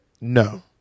No